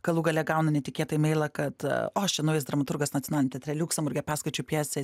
galų gale gaunu netikėtai emailą kad o aš čia naujas dramaturgas nacionaliam teatre liuksemburge perskaičiau pjesę